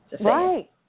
Right